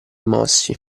mossi